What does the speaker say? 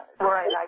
right